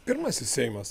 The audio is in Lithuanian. pirmasis seimas